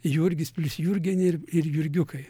jurgis plius jurgienė ir ir jurgiukai